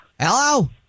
Hello